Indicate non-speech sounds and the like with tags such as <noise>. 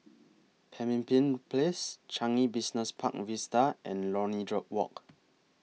Pemimpin Place Changi Business Park Vista and Lornie <unintelligible> Walk